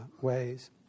ways